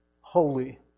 holy